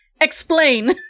explain